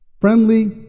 Friendly